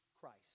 Christ